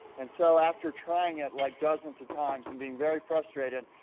and so, after trying it, like, dozens of times and being very frustrated,